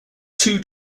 two